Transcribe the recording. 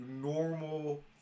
normal